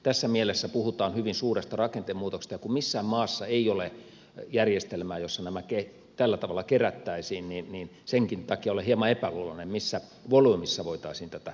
tässä mielessä puhutaan hyvin suuresta rakenteen muutoksesta ja kun missään maassa ei ole järjestelmää jossa nämä tällä tavalla kerättäisiin niin senkin takia olen hieman epäluuloinen missä volyymissa voitaisiin tätä kerätä